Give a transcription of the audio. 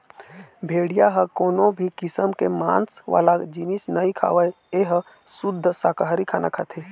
भेड़िया ह कोनो भी किसम के मांस वाला जिनिस नइ खावय ए ह सुद्ध साकाहारी खाना खाथे